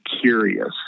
curious